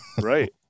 Right